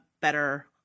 better